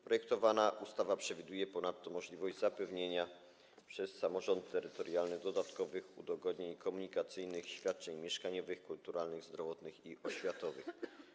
Projektowana ustawa przewiduje ponadto możliwość zapewnienia przez samorząd terytorialny dodatkowych udogodnień komunikacyjnych, świadczeń mieszkaniowych, kulturalnych, zdrowotnych i oświatowych.